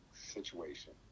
situation